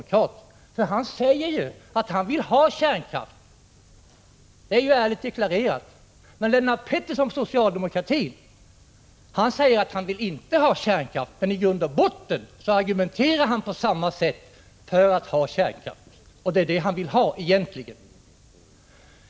Per-Richard Molén säger att han vill ha kärnkraft — det är ärligt deklarerat. Lennart Pettersson från socialdemokratin däremot säger att han inte vill ha kärnkraft, men i grund och botten argumenterar han på samma sätt som Per-Richard Molén för kärnkraften — och det är kärnkraft som han egentligen vill ha.